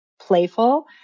playful